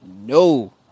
no